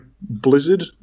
Blizzard